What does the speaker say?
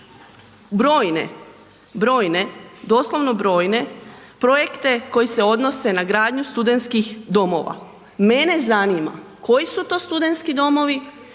brojne, doslovno brojne projekte koji se odnose na gradnju studentskih domova, mene zanima koji su to studentski domovi